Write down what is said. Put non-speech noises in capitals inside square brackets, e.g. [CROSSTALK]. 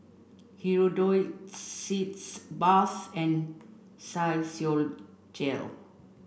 Hirudoid [UNINTELLIGIBLE] Sitz bath and Physiogel